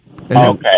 okay